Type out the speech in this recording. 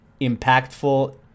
impactful